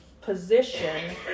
position